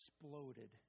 exploded